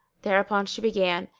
thereupon she began,